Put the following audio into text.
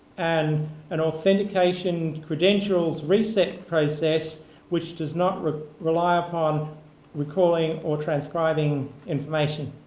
and an authentication credential's reset process which does not rely upon recalling or transcribing information.